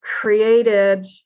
created